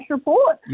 report